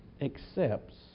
accepts